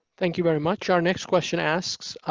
thank you very much. our next question asks,